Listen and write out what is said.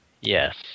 Yes